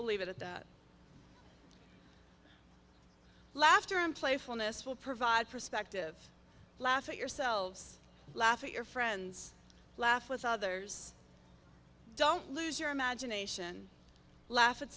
leave it at the laughter and playfulness will provide perspective laugh at yourselves laugh at your friends laugh with others don't lose your imagination laugh at